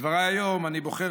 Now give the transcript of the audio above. בדבריי היום אני בוחר,